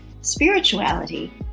spirituality